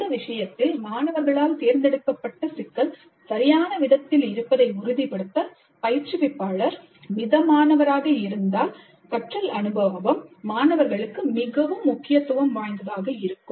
இந்த விஷயத்தில் மாணவர்களால் தேர்ந்தெடுக்கப்பட்ட சிக்கல் சரியான விதத்தில் இருப்பதை உறுதிப்படுத்த பயிற்றுவிப்பாளர் மிதமானவராக இருந்தால் கற்றல் அனுபவம் மாணவர்களுக்கு மிகவும் முக்கியத்துவம் வாய்ந்ததாக இருக்கும்